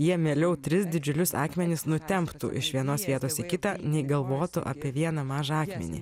jie mieliau tris didžiulius akmenis nutemptų iš vienos vietos į kitą nei galvotų apie vieną mažą akmenį